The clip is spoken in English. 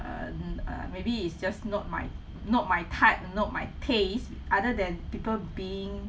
and uh maybe is just not my not my type not my tastes other than people being